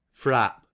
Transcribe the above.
Frap